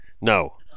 No